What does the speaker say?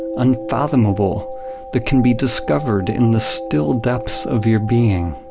unfathomable that can be discovered in the still depths of your being,